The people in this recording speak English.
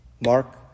Mark